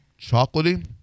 Chocolatey